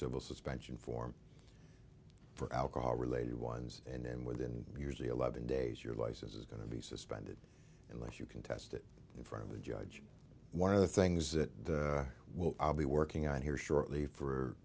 civil suspension form for alcohol related ones and then within usually eleven days your license is going to be suspended unless you can test it in front of the judge one of the things that will be working on here shortly for